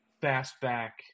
fast-back